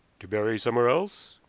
to bury somewhere else?